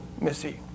Missy